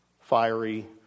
fiery